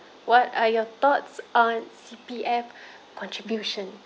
what are your thoughts on C_P_F contribution